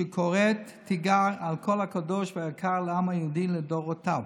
שקוראת תיגר על כל הקדוש והיקר לעם היהודי לדורותיו: